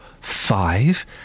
five